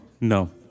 no